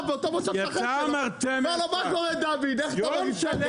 אומר לו מה קורה דוד איך אתה מרגיש?